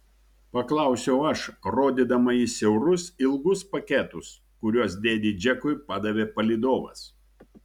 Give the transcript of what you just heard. paklausiau aš rodydama į siaurus ilgus paketus kuriuos dėdei džekui padavė palydovas